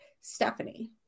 stephanie